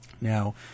Now